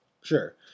Sure